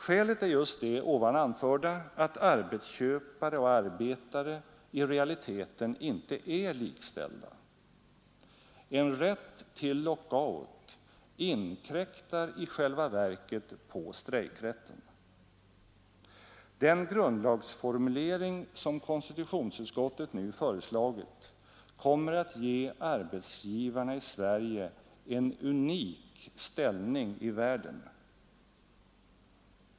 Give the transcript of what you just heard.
Skälet är just det ovan anförda att arbetsköpare och arbetare i realiteten inte är likställda. En rätt till lockout inkräktar i själva verket på strejkrätten. Den grundlagsformulering som konstitutionsutskottet nu föreslagit kommer att ge arbetsgivarna i Sverige en unik ställning i världen.